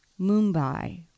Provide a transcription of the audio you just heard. Mumbai